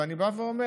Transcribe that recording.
ואני אומר,